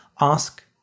Ask